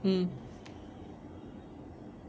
mm